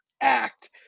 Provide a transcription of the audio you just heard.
act